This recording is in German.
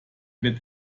wird